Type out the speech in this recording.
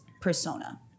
persona